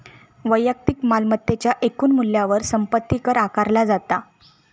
वैयक्तिक मालमत्तेच्या एकूण मूल्यावर संपत्ती कर आकारला जाता